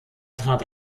trat